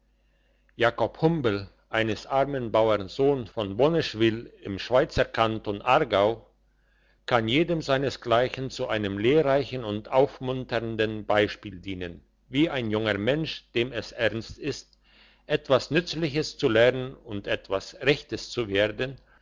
jakob humbel eines armen bauern sohn von boneschwyl im schweizer kanton aargau kann jedem seinesgleichen zu einem lehrreichen und aufmunternden beispiel dienen wie ein junger mensch dem es ernst ist etwas nützliches zu lernen und etwas rechtes zu werden